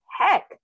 heck